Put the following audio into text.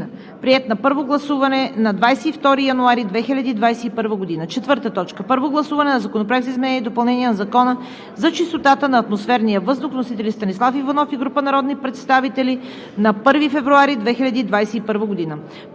г. Приет е на първо гласуване на 22 януари 2021 г. 4. Първо гласуване на Законопроект за изменение и допълнение на Закона за чистотата на атмосферния въздух. Вносители – Станислав Иванов и група народни представители на 1 февруари 2021 г.